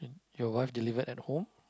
your one delivered at home